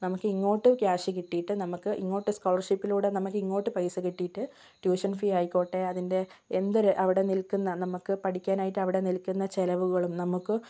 നമുക്ക് ഇങ്ങോട്ട് ക്യാഷ് കിട്ടീട്ട് നമുക്ക് ഇങ്ങോട്ട് സ്കോളർഷിപ്പിലൂടെ നമുക്ക് ഇങ്ങോട്ട് പൈസ കിട്ടിയിട്ട് ട്യൂഷൻ ഫീ ആയിക്കോട്ടെ അതിൻ്റെ എന്തൊരു അവിടെ നിൽക്കുന്ന നമക്ക് പഠിക്കാനായിട്ട് അവിടെ നിൽക്കുന്ന ചിലവുകളും നമുക്ക്